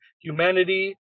Humanity